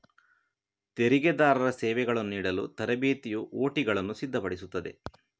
ತೆರಿಗೆದಾರರ ಸೇವೆಗಳನ್ನು ನೀಡಲು ತರಬೇತಿಯು ಒ.ಟಿಗಳನ್ನು ಸಿದ್ಧಪಡಿಸುತ್ತದೆ